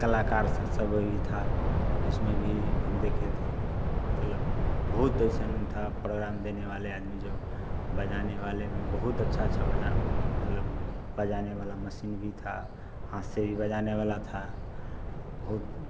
कलाकार सब अभी था उसमें भी हम देखे थे मतलब बहुत ऐसे था परोग्राम देने वाले आदमी जो बजाने वाले में बहुत अच्छा अच्छा बजा मतलब बजाने वाला मसीन भी था हाँथ से भी बजाने वाला था और बहुत